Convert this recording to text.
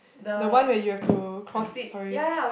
the one where you have to cross sorry